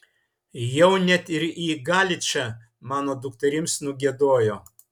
jau net ir į galičą mano dukterims nugiedojo